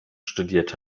studiert